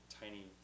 Tiny